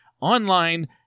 online